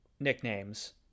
nicknames